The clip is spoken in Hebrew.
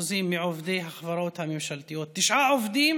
2% מעובדי החברות הממשלתיות: תשעה עובדים